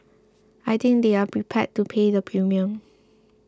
and I think they're prepared to pay the premium